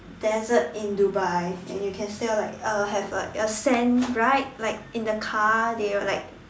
desert in Dubai and you can still like uh have like a sand right like in the car they got like